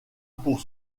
pour